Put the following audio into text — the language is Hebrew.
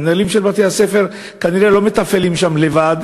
המנהלים של בתי-הספר כנראה לא מתפעלים שם לבד,